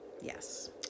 yes